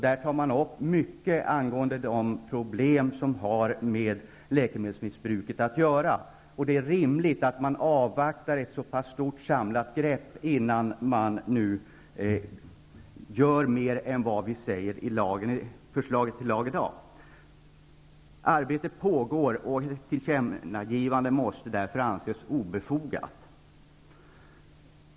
Där tar man upp många av de problem som har med läkemedelsmissbruket att göra. Det är rimligt att man avvaktar ett så pass stort arbete och i dag inte gör mer än vad vi har föreslagit till lag. Arbetet pågår, och ett tillkännagivande måste därför anses vara obefogat.